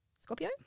Scorpio